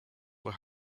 were